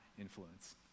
influence